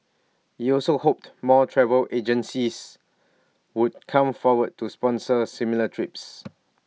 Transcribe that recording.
he also hoped more travel agencies would come forward to sponsor similar trips